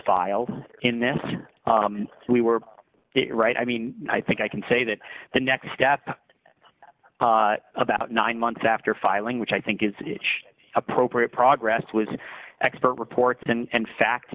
filed in this case we were right i mean i think i can say that the next step about nine months after filing which i think is appropriate progress was expert reports and fact